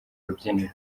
rubyiniro